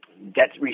debt